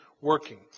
working